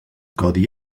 codi